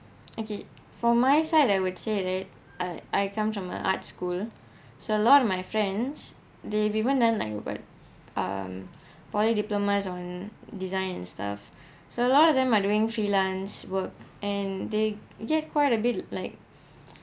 okay for my side I would say right I I come from a art school so a lot of my friends they even done like what um poly diplomas on design and stuff so a lot of them are doing freelance work and they get quite a bit like